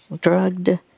drugged